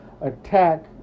attack